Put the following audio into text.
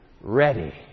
ready